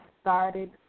started